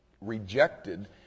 rejected